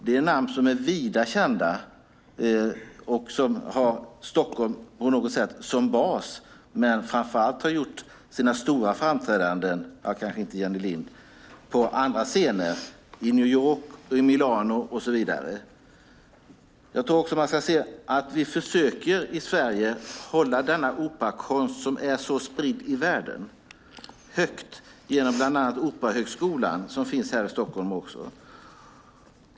Det är namn som är vida kända och som på något sätt har Stockholm som bas men som har gjort sina stora framträdanden - fast det kanske inte gäller Jenny Lind - framför allt på andra scener, i New York, Milano och så vidare. Jag tycker också att man ska se att vi i Sverige försöker hålla denna operakonst, som är så spridd i världen, högt genom bland annat Operahögskolan, som finns här i Stockholm.